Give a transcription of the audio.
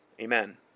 Amen